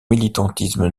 militantisme